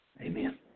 Amen